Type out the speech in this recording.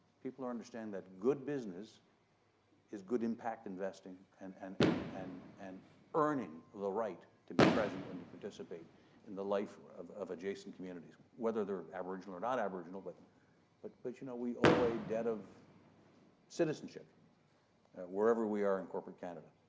people are understanding that good business is good impact investing and and and and and earning the right to be present and to participate in the life of of adjacent communities, whether they're aboriginal or not aboriginal but, but but you know, we owe a debt of citizenship wherever we are in corporate canada.